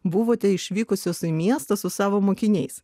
buvote išvykusios į miestą su savo mokiniais